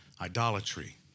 idolatry